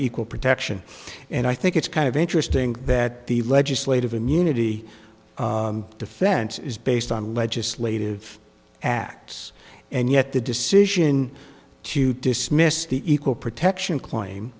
equal protection and i think it's kind of interesting that the legislative immunity defense is based on legislative acts and yet the decision to dismiss the equal protection claim